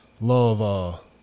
Love